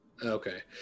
okay